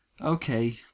Okay